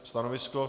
Stanovisko?